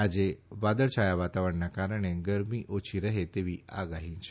આજે વાદળ છાયા વાતાવરણના કારણે ગરમી ઓછી રહેશે તેવી આગાહી છે